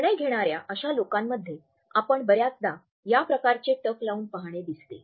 निर्णय घेणाऱ्या अशा लोकांमध्ये आपण बर्याचदा या प्रकारचे टक लावून पाहणे दिसते